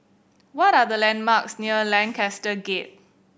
what are the landmarks near Lancaster Gate